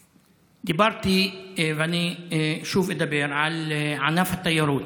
דיברתי, ואני שוב אדבר, על ענף התיירות,